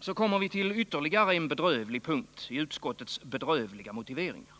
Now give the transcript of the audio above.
Så kommer vi till ytterligare en bedrövlig punkt i utskottets bedrövliga motiveringar.